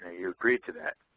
ah you agreed to that.